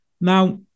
Now